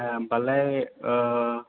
ए होम्बालाय ओ